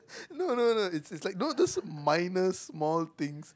no no no it's it's like those is minor small things